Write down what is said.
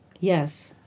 Yes